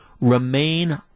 remain